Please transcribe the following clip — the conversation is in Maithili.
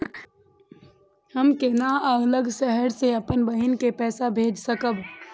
हम केना अलग शहर से अपन बहिन के पैसा भेज सकब?